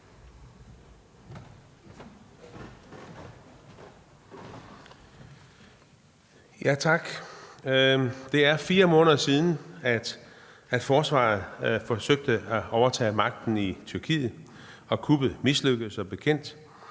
Tak. Det er 4 måneder siden, at militæret i Tyrkiet forsøgte at overtage magten, og kuppet mislykkedes som bekendt.